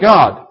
God